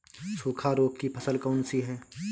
सूखा रोग की फसल कौन सी है?